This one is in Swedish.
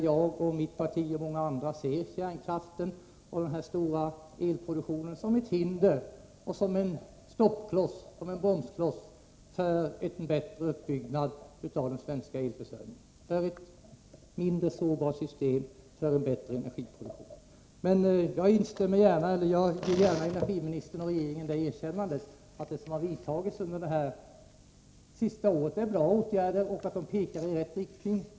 Jag och mitt parti, och många andra, ser kärnkraften och den stora elproduktionen som ett hinder och som en bromskloss för en bättre uppbyggnad av den svenska elförsörjningen, för ett mindre sårbart system och för en bättre energiproduktion. Men jag ger gärna energiministern och regeringen det erkännandet att det som har vidtagits under det senaste året är bra åtgärder som pekar i rätt riktning.